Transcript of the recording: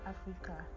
Africa